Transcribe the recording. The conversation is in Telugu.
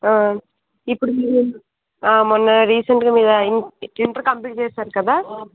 ఇప్పుడు మీరు మొన్న రీసెంట్గా మీరు ఇంటర్ కంప్లీట్ చేసారు కదా